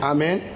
Amen